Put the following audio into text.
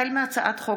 החל בהצעת חוק